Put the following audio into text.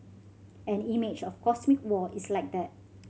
an image of cosmic war is like that